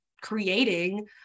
creating